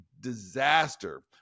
disaster